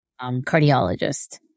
cardiologist